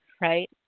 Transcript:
right